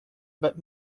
but